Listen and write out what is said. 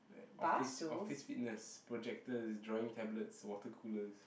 like office office fitness projectors drawing tablets water coolers